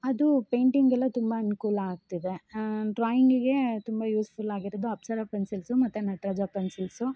ಅದು ಪೈಂಟಿಂಗೆಲ್ಲ ತುಂಬ ಅನುಕೂಲ ಆಗ್ತಿದೆ ಡ್ರಾಯಿಂಗಿಗೆ ತುಂಬ ಯೂಸ್ ಫುಲ್ ಆಗಿರೋದು ಅಪ್ಸರ ಪೆನ್ಸಿಲ್ಸು ಮತ್ತು ನಟ್ರಾಜ ಪೆನ್ಸಿಲ್ಸು